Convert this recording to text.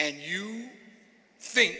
and you think